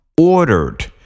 ordered